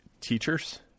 teachers